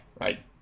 right